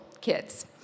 kids